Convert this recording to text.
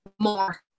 more